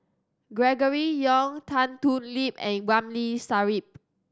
Gregory Yong Tan Thoon Lip and Ramli Sarip